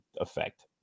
effect